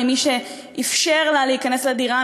ממי שאפשר לה להיכנס לדירה,